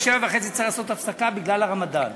ב-19:30 צריך לעשות הפסקה בגלל הרמדאן.